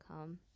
come